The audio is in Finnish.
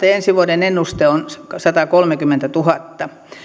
ja ensi vuoden ennuste on satakolmekymmentätuhatta